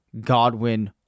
Godwin